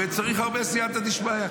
וצריך הרבה סייעתא דשמיא,